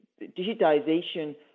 Digitization